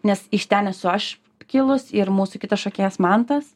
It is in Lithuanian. nes iš ten esu aš kilus ir mūsų kitas šokėjas mantas